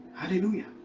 Hallelujah